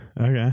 Okay